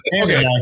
okay